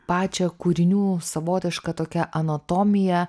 pačią kūrinių savotišką tokią anatomiją